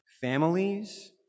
families